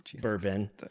bourbon